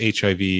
HIV